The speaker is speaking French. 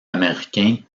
américains